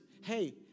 hey